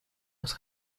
los